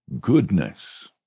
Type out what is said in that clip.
Goodness